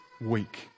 weak